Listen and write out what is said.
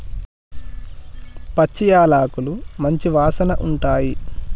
పచ్చి యాలకులు మంచి వాసన ఉంటాయి